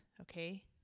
Okay